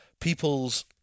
people's